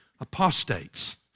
Apostates